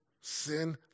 Sin